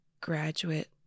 graduate